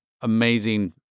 amazing